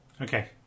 Okay